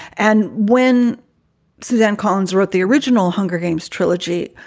and when suzanne collins wrote the original hunger games trilogy,